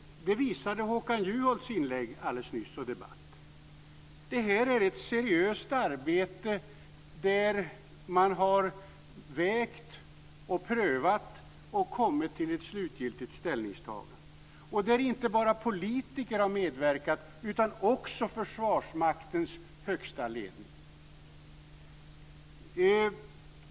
Det visade Håkan Juholts inlägg alldeles nyss. Det här är ett seriöst arbete där man har vägt, prövat och kommit fram till ett slutgiltigt ställningstagande. Det är inte bara politiker som har medverkat utan också Försvarsmaktens högsta ledning.